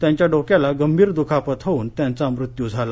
त्यांच्या डोक्याला गंभीर दुखापत होऊन त्यांचा मृत्यू झाला